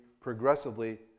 progressively